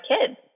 kids